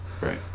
Right